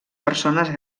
persones